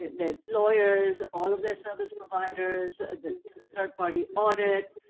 the lawyers, all of the service providers, the third party audit.